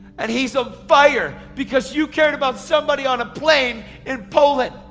and he's on fire because you cared about somebody on a plane in poland.